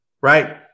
right